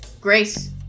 Grace